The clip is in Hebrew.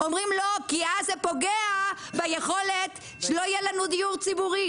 אומרים לא כי אז זה פוגע ביכולת שלא יהיה לנו דיור ציבורי,